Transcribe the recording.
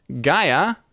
Gaia